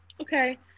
okay